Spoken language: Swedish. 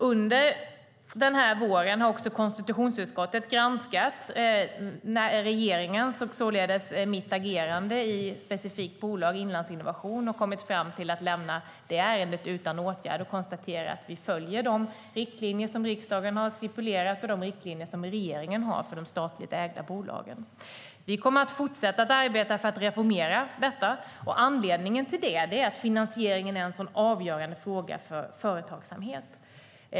Under våren har konstitutionsutskottet granskat regeringens och således mitt agerande i ett specifikt bolag, Inlandsinnovation, och kommit fram till att man lämnar ärendet utan åtgärd. KU har konstaterat att vi följer de riktlinjer som riksdagen har stipulerat och de riktlinjer som regeringen har för de statligt ägda bolagen. Vi kommer att fortsätta att arbeta för att reformera detta. Anledningen till det är att finansieringen är en sådan avgörande fråga för företagsamhet.